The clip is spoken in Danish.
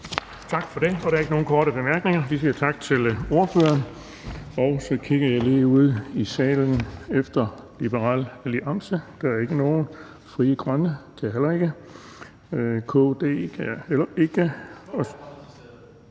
Bonnesen): Der er ikke nogen korte bemærkninger, så vi siger tak til ordføreren. Og nu kigger jeg lige ud i salen efter Liberal Alliance – der er ikke nogen derfra. Der er heller ikke nogen fra Frie